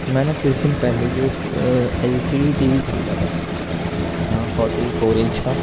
میں نے کچھ دن پہلے یہ ایک ایل سی وی خریدا تھا فورٹی فور انچ کا